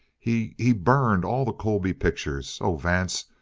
he he burned all the colby pictures. oh, vance,